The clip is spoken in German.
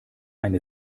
eine